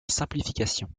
simplification